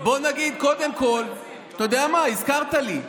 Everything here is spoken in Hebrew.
בוא נגיד קודם כול, אתה יודע מה, הזכרת לי.